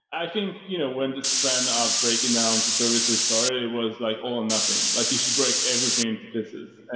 i think you know when this trend of breaking down to services started was like all or nothing. like you should break everything to pieces.